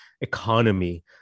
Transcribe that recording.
economy